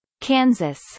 Kansas